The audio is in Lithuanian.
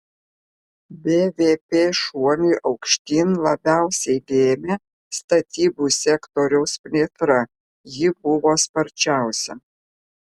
bvp šuolį aukštyn labiausiai lėmė statybų sektoriaus plėtra ji buvo sparčiausia